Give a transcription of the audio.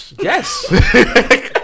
yes